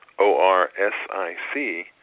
O-R-S-I-C